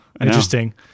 Interesting